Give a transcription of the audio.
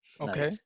Okay